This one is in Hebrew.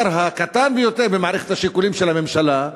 הקטן ביותר במערכת השיקולים של הממשלה,